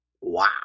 Wow